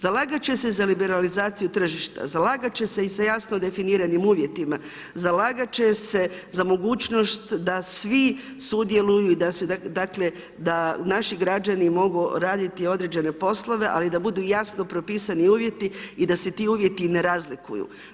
Zalagat će se za liberalizaciju tržišta, zalagat će se i za jasno definiranim uvjetima, zalagat će se za mogućnost da svi sudjeluju i da naši građani mogu raditi određene poslove, ali da budu jasno propisani uvjeti i da se ti uvjeti ne razlikuju.